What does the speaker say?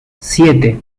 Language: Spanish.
siete